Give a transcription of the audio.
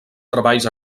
treballs